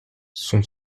son